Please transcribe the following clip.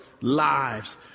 lives